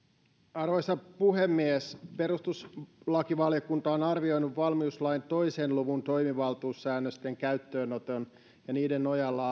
arvoisa puhemies perustuslakivaliokunta on arvioinut valmiuslain toisen luvun toimivaltuussäännösten käyttöönoton ja niiden nojalla